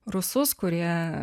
rusus kurie